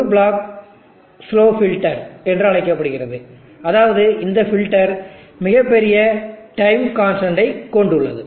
ஒரு block slow filter என்று அழைக்கப்படுகிறது அதாவது இந்த பில்டர் மிகப் பெரிய டைம் கான்ஸ்டன்டை கொண்டுள்ளது